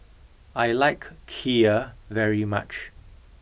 I like Kheer very much